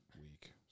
week